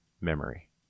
memory